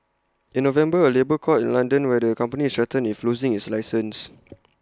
in November A labour court in London where the company is threatened with losing its license